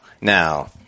Now